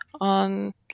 on